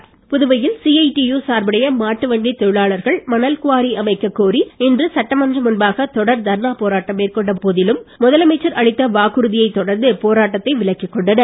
மாட்டுவண்டி புதுவையில் சிஐடியு சார்புடைய மாட்டுவண்டி தொழிலாளர்கள் மணல்குவாரி அமைக்க கோரி இன்று சட்டமன்றம் முன்பாக தொடர் தர்ணா போராட்டம் மேற்கொண்ட போதிலும் முதலமைச்சர் அளித்த வாக்குறுதியை தொடர்ந்து போராட்டத்தை விலக்கிக் கொண்டனர்